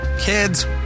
Kids